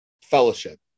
Fellowship